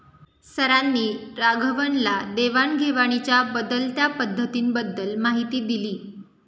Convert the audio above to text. सरांनी राघवनला देवाण घेवाणीच्या बदलत्या पद्धतींबद्दल माहिती दिली